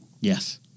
Yes